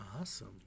Awesome